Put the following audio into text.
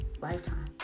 lifetime